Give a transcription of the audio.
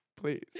please